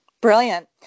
Brilliant